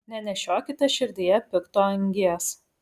nenešiokite širdyje pikto angies